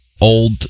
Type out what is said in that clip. old